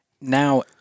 Now